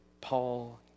Paul